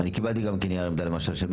גם אני קיבלתי את נייר העמדה של מכבי